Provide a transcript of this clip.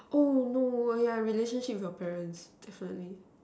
oh no yeah relationship with your parents definitely